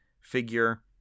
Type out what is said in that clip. figure